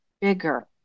bigger